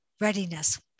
readiness